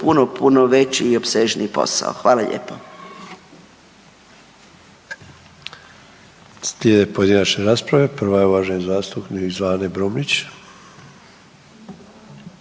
puno, puno veći i opsežniji posao. Hvala lijepo.